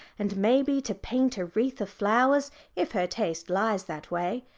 and maybe to paint a wreath of flowers if her taste lies that way.